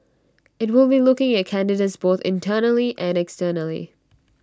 IT will be looking at candidates both internally and externally